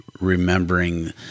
remembering